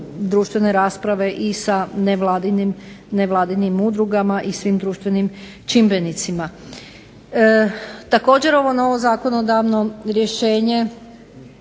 društvene rasprave i sa nevladinim udrugama i svim društvenim čimbenicima. Također ovo novo zakonodavno rješenje